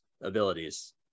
abilities